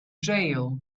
jail